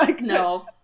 No